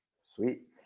Sweet